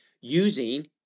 using